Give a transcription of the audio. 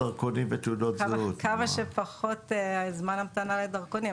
---- אבל כמה שפחות זמן המתנה לדרכונים.